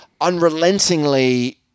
unrelentingly